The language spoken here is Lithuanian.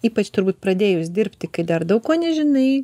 ypač turbūt pradėjus dirbti kai dar daug ko nežinai